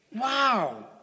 Wow